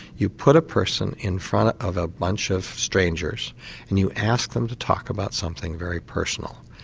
you put a person in front of a bunch of strangers and you ask them to talk about something very personal.